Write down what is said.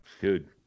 Dude